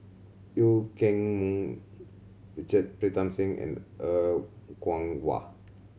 Eu Keng Mun Richard Pritam Singh and Er Kwong Wah